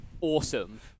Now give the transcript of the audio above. awesome